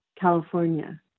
California